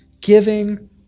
giving